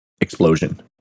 explosion